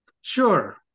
Sure